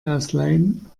ausleihen